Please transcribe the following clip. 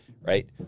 right